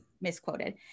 misquoted